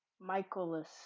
Michaelis